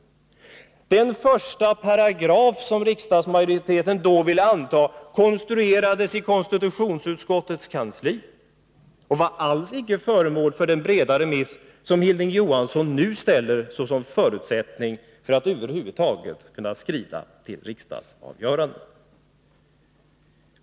Den första paragrafen i det förslaget som riksdagsmajoriteten då ville anta konstruerades i konstitutionsutskottets kansli och hade alls icke varit föremål för den breda remiss som Hilding Johansson nu ställer upp som en förutsättning för att över huvud taget kunna skrida till ett riksdagsavgörande.